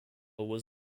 was